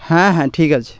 হ্যাঁ হ্যাঁ ঠিক আছে